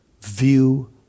view